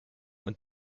und